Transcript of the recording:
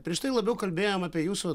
prieš tai labiau kalbėjome apie jūsų